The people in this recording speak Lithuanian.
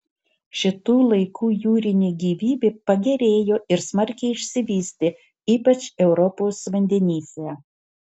šitų laikų jūrinė gyvybė pagerėjo ir smarkiai išsivystė ypač europos vandenyse